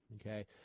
Okay